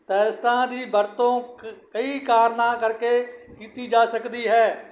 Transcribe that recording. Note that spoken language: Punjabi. ਟੈਸਟਾਂ ਦੀ ਵਰਤੋਂ ਕ ਕਈ ਕਾਰਨਾਂ ਕਰਕੇ ਕੀਤੀ ਜਾ ਸਕਦੀ ਹੈ